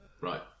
right